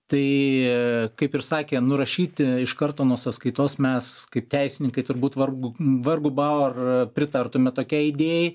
tai kaip ir sakė nurašyti iš karto nuo sąskaitos mes kaip teisininkai turbūt vargu vargu bau ar pritartume tokiai idėjai